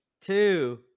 two